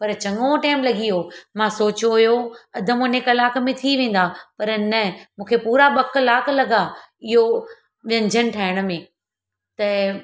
पर चङो टाइम लॻी वियो मां सोचियो हुयो अधु मुने कलाक में थी वेंदा पर न मूंखे पूरा ॿ कलाक लॻा इहो व्यंजन ठाहिण में त